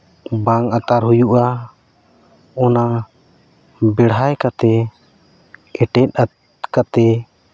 ᱵᱟᱝ ᱟᱛᱟᱨ ᱦᱩᱭᱩᱜᱼᱟ ᱚᱱᱟ ᱵᱮᱲᱦᱟᱭ ᱠᱟᱛᱮᱫ ᱮᱴᱮᱫ ᱠᱟᱛᱮᱫ